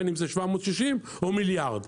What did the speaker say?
בין אם זה 760 או מיליארד,